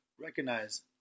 recognize